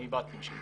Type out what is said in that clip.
אני בא משם.